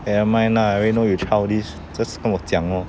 never mind lah I already know you childish just 跟我讲 lor